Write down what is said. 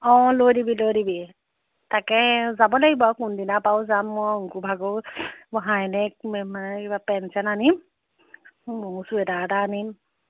অঁ লৈ দিবি লৈ দিবি তাকেহে যাব লাগিব আৰু কোন দিনা পাৰোঁ যাম মই অংকুভাগৰো এইবোৰ হাই নেক কিবা পেন চেন আনিম চুৱেটাৰ এটা আনিম